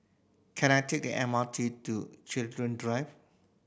can I take the M R T to Chiltern Drive